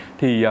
Thì